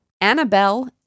Annabelle